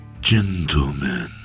Gentlemen